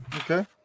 Okay